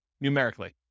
numerically